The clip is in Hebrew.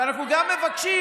אנחנו גם מבקשים.